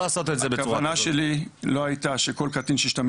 הכוונה שלי לא הייתה שכל קטין שישתמש